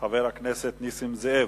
חבר הכנסת נסים זאב,